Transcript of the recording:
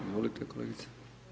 Izvolite kolegice.